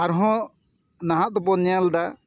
ᱟᱨ ᱦᱚᱸ ᱱᱟᱦᱟᱜ ᱫᱚᱵᱚᱱ ᱧᱮᱞ ᱮᱫᱟ